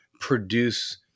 produce